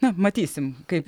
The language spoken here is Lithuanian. na matysim kaip